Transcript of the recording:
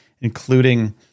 including